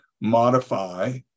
modify